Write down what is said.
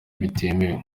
bitemewe